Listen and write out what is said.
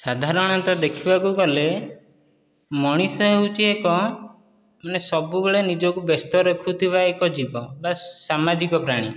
ସାଧାରଣତଃ ଦେଖିବାକୁ ଗଲେ ମଣିଷ ହେଉଛି ଏକ ମାନେ ସବୁବେଳେ ନିଜକୁ ବ୍ୟସ୍ତ ରଖୁଥିବା ଏକ ଜୀବ ବା ସାମାଜିକ ପ୍ରାଣୀ